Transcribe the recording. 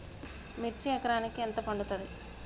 మిర్చి ఎకరానికి ఎంత పండుతది?